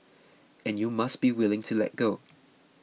and you must be willing to let go